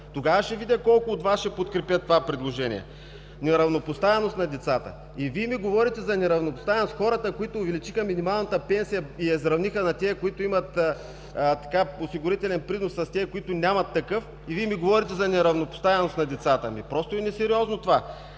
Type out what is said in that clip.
Тогава ще видя колко от Вас ще подкрепят това предложение. Неравнопоставеност на децата. Вие ми говорите за неравнопоставеност?! Хората, които увеличиха минималната пенсия и я изравниха с тези, които имат осигурителен принос, с тези, които нямат такъв! И ми говорите за неравнопоставеност на децата! Просто е несериозно това.